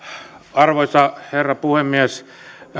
arvoisa herra puhemies